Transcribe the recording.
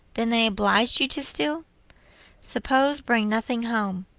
then they obliged you to steal? suppose bring nothing home,